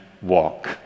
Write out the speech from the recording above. walk